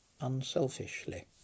unselfishly